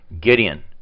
Gideon